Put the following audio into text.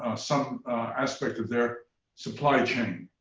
ah some aspect of their supply chain.